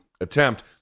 attempt